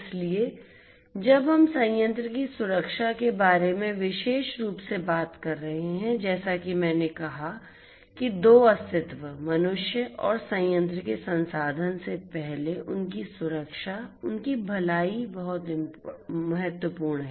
इसलिए जब हम संयंत्र की सुरक्षा के बारे में विशेष रूप से बात कर रहे हैं जैसा कि मैंने कहा कि 2 अस्तित्व मनुष्य और संयंत्र के संसाधन से पहले उनकी सुरक्षा उनकी भलाई बहुत महत्वपूर्ण है